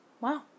Wow